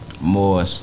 more